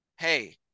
Hey